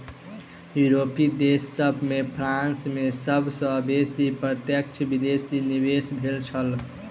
यूरोपीय देश सभ में फ्रांस में सब सॅ बेसी प्रत्यक्ष विदेशी निवेश भेल छल